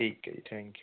ਠੀਕ ਹੈ ਜੀ ਥੈਂਕ ਯੂ